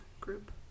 group